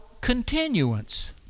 continuance